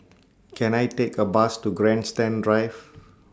Can I Take A Bus to Grandstand Drive